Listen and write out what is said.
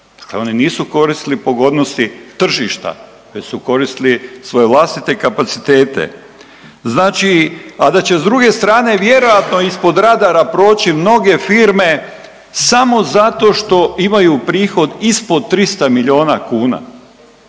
Dakle, oni nisu koristili pogodnosti tržišta već su koristili svoje vlastite kapacitete. Znači, a da će s druge strane vjerojatno ispod radara proći mnoge firme samo zato što imaju prihod ispod 300 milijuna kuna,